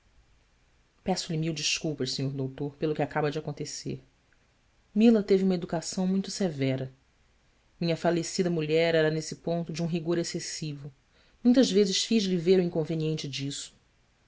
a eço lhe mil desculpas sr doutor pelo que acaba de acontecer mila teve uma educação muito severa minha falecida mulher era nesse ponto de um rigor excessivo muitas vezes fiz-lhe ver o inconveniente disso